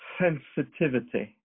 sensitivity